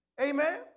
Amen